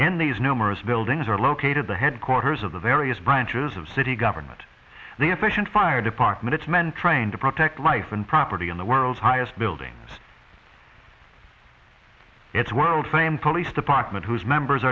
in these numerous buildings are located the headquarters of the various branches of city government the efficient fire department its men trained to protect life and property in the world's highest buildings its world fame police department whose members